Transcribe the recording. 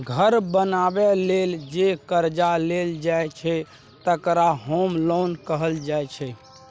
घर बनेबा लेल जे करजा लेल जाइ छै तकरा होम लोन कहल जाइ छै